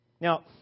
Now